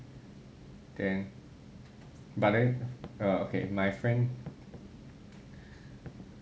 then but then uh okay my friend